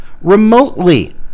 remotely